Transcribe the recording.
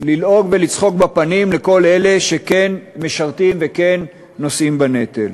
ולצחוק בפנים לכל אלה שכן משרתים וכן נושאים בנטל.